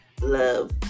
Love